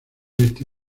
este